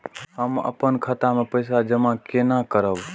हम अपन खाता मे पैसा जमा केना करब?